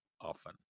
often